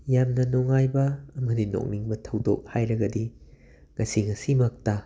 ꯌꯥꯝꯅ ꯅꯨꯉꯥꯏꯕ ꯑꯃꯗꯤ ꯅꯣꯛꯅꯤꯡꯕ ꯊꯧꯗꯣꯛ ꯍꯥꯏꯔꯒꯗꯤ ꯉꯁꯤ ꯉꯁꯤꯃꯛꯇ